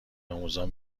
آموزان